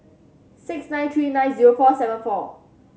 six nine three nine zero four seven four